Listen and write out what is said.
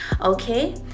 Okay